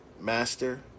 Master